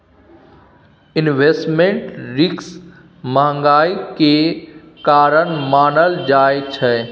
investment risk महंगाई केर कारण मानल जाइ छै